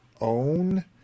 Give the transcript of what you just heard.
own